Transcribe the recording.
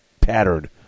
pattern